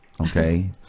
Okay